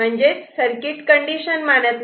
म्हणजेच circuit condition मानत नाही